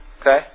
Okay